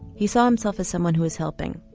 he saw himself as someone who was helping.